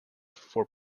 for